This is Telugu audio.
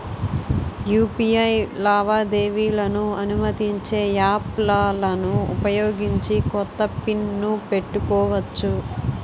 యూ.పి.ఐ లావాదేవీలను అనుమతించే యాప్లలను ఉపయోగించి కొత్త పిన్ ను పెట్టుకోవచ్చు